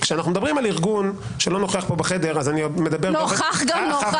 כשאנחנו מדברים על ארגון שלא נוכח פה בחדר -- נוכח גם נוכח.